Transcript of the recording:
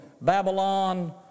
Babylon